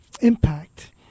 impact